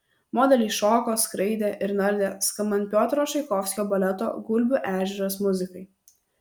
modeliai šoko skraidė ir nardė skambant piotro čaikovskio baleto gulbių ežeras muzikai